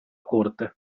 corte